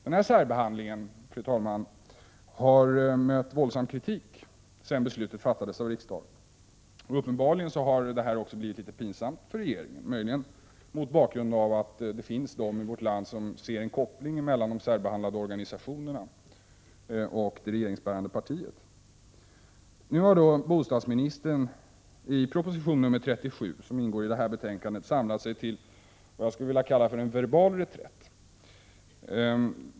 Denna särbehandling har mött våldsam kritik sedan beslutet fattades av riksdagen. Uppenbarligen har det också blivit litet pinsamt för regeringen, möjligen mot bakgrund av att det finns de i vårt land som ser en koppling mellan de särbehandlade organisationerna och det regeringsbärande partiet. Nu har bostadsministern i proposition 37, som behandlas i det betänkande vi nu diskuterar, samlat sig till vad jag skulle vilja kalla för en verbal reträtt.